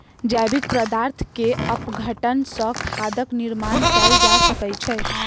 जैविक पदार्थ के अपघटन सॅ खादक निर्माण कयल जा सकै छै